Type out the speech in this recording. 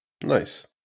Nice